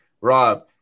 Rob